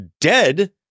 dead